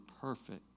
perfect